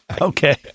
Okay